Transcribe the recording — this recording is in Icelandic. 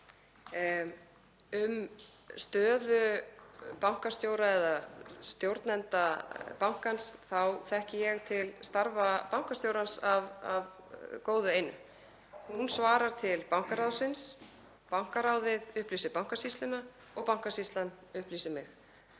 Um stöðu bankastjóra eða stjórnenda bankans þá þekki ég til starfa bankastjórans af góðu einu. Hún svarar til bankaráðsins, bankaráðið upplýsir Bankasýsluna og Bankasýslan upplýsir mig.